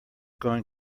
going